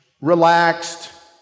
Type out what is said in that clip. relaxed